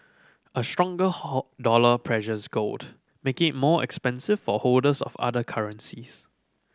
a stronger how dollar pressures gold making it more expensive for holders of other currencies